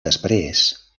després